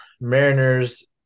Mariners